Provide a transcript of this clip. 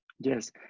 yes